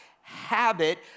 habit